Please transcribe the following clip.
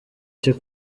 cyo